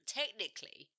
technically